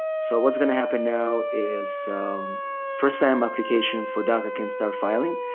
so, what's going to happen now is first time applications for daca can start filing.